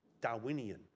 Darwinian